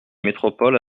métropole